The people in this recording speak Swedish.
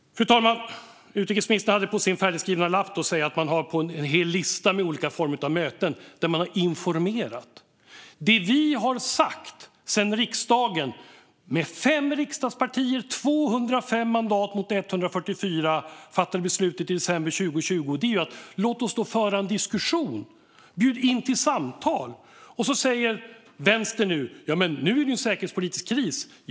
Fru talman! Utrikesministern läste från sin färdigskrivna lapp att man har en hel lista över olika möten där man har informerat. Det vi har sagt sedan riksdagen fattade beslut i december 2020, med ett ja från fem riksdagspartier och med 205 mandat mot 144, är: Låt oss föra en diskussion! Bjud in till samtal! Vänstern säger att vi nu befinner oss i en säkerhetspolitisk kris.